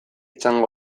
txango